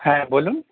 হ্যাঁ বলুন